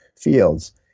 fields